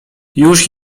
już